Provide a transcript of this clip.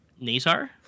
Nazar